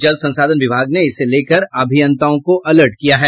जल संसाधन विभाग ने इसको लेकर अभियंताओं को अलर्ट किया है